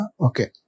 Okay